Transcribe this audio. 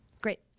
great